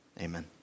Amen